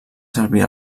servir